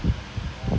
like more